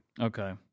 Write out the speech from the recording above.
Okay